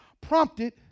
prompted